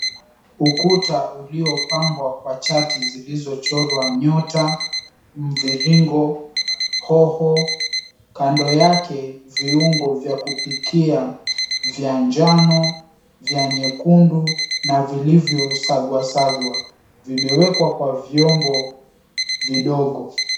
Ukuta uliopambwa kwa chati zilizochorwa nyota, mviringo, hoho. Kando yake viungo vya kupikia vya njano, vya nyekundu na vilivyosagwasagwa, vimewekwa kwa vyombo vidogo.